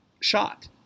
shot